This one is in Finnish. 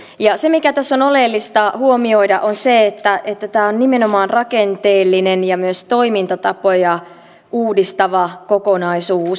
se mikä tässä on oleellista huomioida on se että että tämä on nimenomaan rakenteellinen ja myös toimintatapoja uudistava kokonaisuus